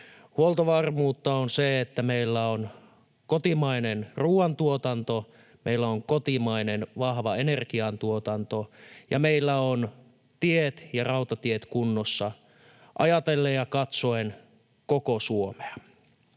Huoltovarmuutta on se, että meillä on kotimainen ruoantuotanto, meillä on kotimainen vahva energiantuotanto ja meillä on tiet ja rautatiet kunnossa ajatellen ja katsoen koko Suomea.